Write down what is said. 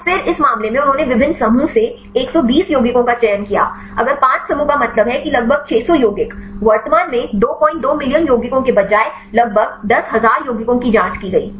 तो फिर इस मामले में उन्होंने विभिन्न समूहों से 120 यौगिकों का चयन किया अगर 5 समूहों का मतलब है कि लगभग 600 यौगिक वर्तमान में 22 मिलियन यौगिकों के बजाय लगभग 10000 यौगिकों की जांच की गई